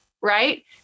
right